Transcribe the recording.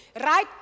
right